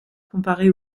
comparée